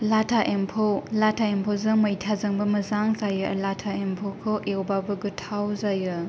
लाथा एम्फौ लाथा एम्फौजों मैथाजोंबो मोजां जायो लाथा एम्फौखौ एवबाबो गोथाव जायो